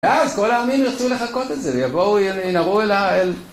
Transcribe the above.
ואז, אז כל העמים ירצו לחקות את זה, יבואו, ינהרו אל ה...